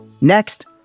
Next